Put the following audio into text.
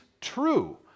true